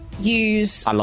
use